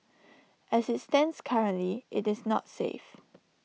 as IT stands currently IT is not safe